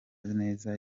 neza